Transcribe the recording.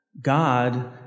God